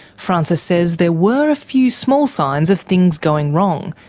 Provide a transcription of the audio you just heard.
francis says there were a few small signs of things going wrong,